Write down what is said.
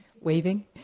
waving